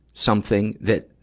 something? that,